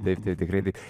taip taip tikrai taip